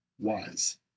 wise